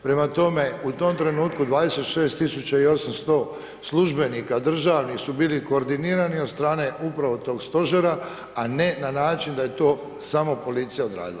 Prema tome, u tom trenutku 26 8000 službenika državnih su bili koordinirani od strane upravo tog stožera a ne na način da je to samo policija odradila.